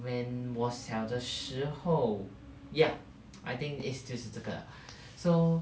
when 我小的时候 ya I think is 就是这个 so